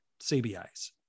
CBAs